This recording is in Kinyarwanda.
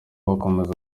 bakomeza